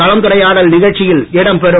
கலந்துரையாடல் நிகழ்ச்சியில் இடம் பெறும்